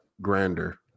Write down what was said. grander